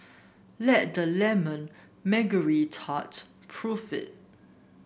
let the lemon tart prove it